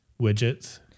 widgets